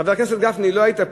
חבר הכנסת גפני, לא היית פה,